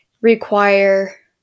require